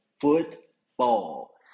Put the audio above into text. football